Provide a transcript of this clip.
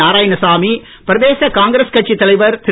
நாரயாணசாமி பிரதேச காங்கிரஸ் கட்சித் தலைவர் திரு